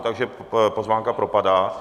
Takže pozvánka propadá.